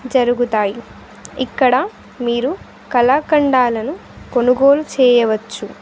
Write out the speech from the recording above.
జరుగుతాయి ఇక్కడ మీరు కళాఖండాలను కొనుగోలు చేయవచ్చు